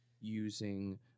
using